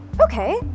Okay